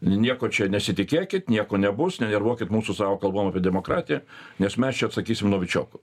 nieko čia nesitikėkit nieko nebus nenervuokit mūsų savo kalbom demokratija nes mes čia atsakysim novičioku